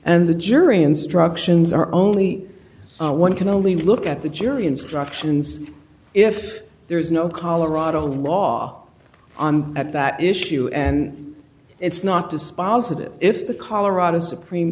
and the jury instructions are only one can only look at the jury instructions if there is no colorado law at that issue and it's not dispositive if the colorado supreme